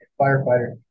firefighter